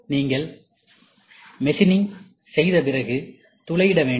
நீங்கள் மெசினிங் செய்தபிறகு துளையிட வேண்டும்